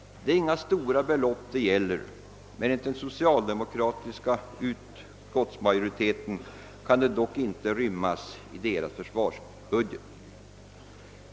Det är inga stora belopp det gäller men enligt den socialdemokratiska ut skottsmajoriteten kan de dock inte inrymmas i deras försvarsbudget.